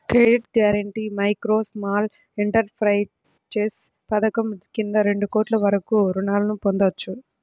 credit guarantee micro, small enterprises పథకం కింద రెండు కోట్ల వరకు రుణాలను పొందొచ్చు